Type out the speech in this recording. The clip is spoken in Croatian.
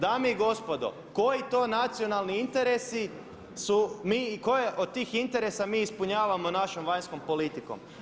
Dame i gospodo koji to nacionalni interesi i koje od tih interesa mi ispunjavamo našom vanjskom politikom?